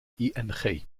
ing